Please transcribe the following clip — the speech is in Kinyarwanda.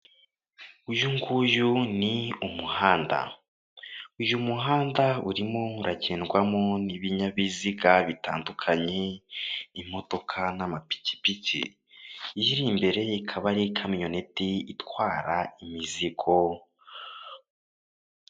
Uyu nguyu ni umuhanda, uyu muhanda urimo uragendwamo n'ibinyabiziga bitandukanye, imodoka n'amapikipiki. Iyi iri imbere ikaba ari kamyoneti itwara imizigo.